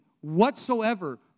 whatsoever